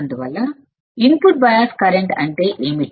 అందువల్ల input bias current అంటే ఏమిటి